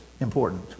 important